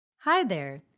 hi there!